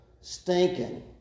stinking